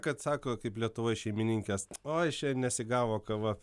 kad sako kaip lietuvoj šeimininkės oj šiandien nesigavo kava